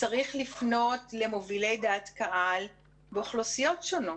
צריך לפנות למובילי דעת קהל באוכלוסיות שונות.